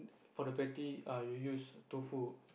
for the patty ah you use Tofu